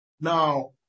Now